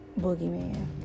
Boogeyman